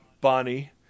Bonnie